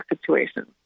situations